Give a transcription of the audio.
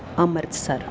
Amritsar